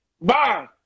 Bye